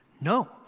No